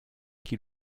qui